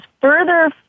further